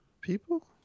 people